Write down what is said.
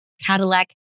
Cadillac